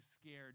scared